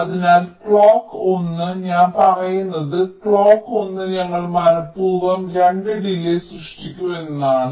അതിനാൽ ക്ലോക്ക് 1 ഞാൻ പറയുന്നത് ക്ലോക്ക് 1 ഞങ്ങൾ മനപ്പൂർവം 2 ഡിലേയ് സൃഷ്ടിക്കുന്നു എന്നാണ്